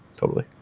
totally.